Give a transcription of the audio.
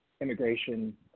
immigration